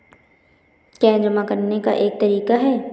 क्या यह जमा करने का एक तरीका है?